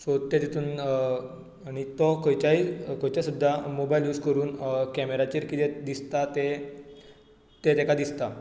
so ते तातूंत आनी तो खंयच्याय खंयच्याय सुद्दां मोबायल यूज करून कॅमेराचेर कितें दिसता ते ते ताका दिसता